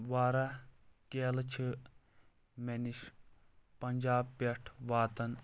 واریاہ کیلہٕ چھِ مےٚ نِش پنٛجاب پٮ۪ٹھ واتان